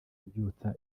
kubyutsa